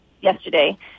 yesterday